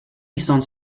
sans